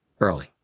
early